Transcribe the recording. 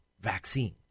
vaccine